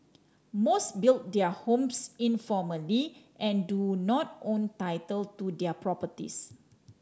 most built their homes informally and do not own title to their properties